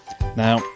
Now